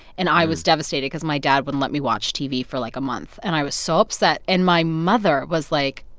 and i was devastated cause my dad wouldn't let me watch tv for, like, a month. and i was so upset. and my mother was like,